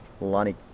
Lonnie